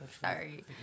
Sorry